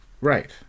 Right